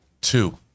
Two